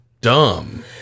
dumb